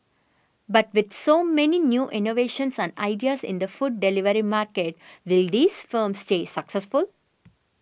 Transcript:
but with so many new innovations and ideas in the food delivery market will these firms stay successful